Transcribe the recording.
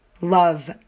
Love